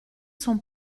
son